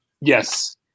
Yes